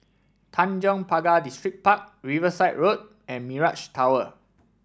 Tanjong Pagar Distripark Riverside Road and Mirage Tower